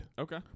Okay